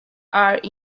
are